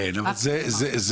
כן, אבל זה בשוליים.